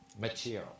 material